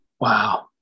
Wow